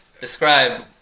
describe